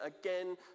again